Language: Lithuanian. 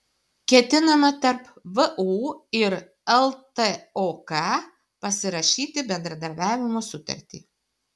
ketinama tarp vu ir ltok pasirašyti bendradarbiavimo sutartį